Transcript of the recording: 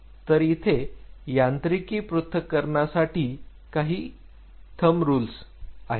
तर येथे यांत्रिकी पृथक्करणसाठी काही थंब रूल्स आहेत